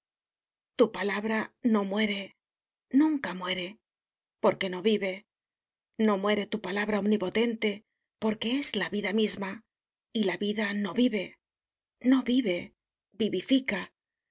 tu palabra no muere nunca muere porque no viveno muere tu palabra omnipotente porque es la vida misma y la vida no vive no vive